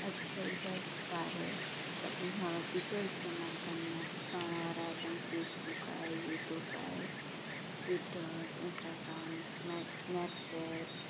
अॼुकल्ह जा ॿार सभिनी खां वधीक इस्तेमालु कंदा करणु वारा आहिनि एप आहिनि फेसबुक आहे यूट्यूब आहे ट्विटर इंस्टाग्राम स्नैपचेट